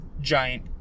giant